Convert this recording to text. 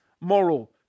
moral